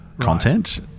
content